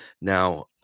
now